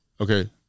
okay